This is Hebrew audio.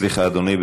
סליחה, אדוני.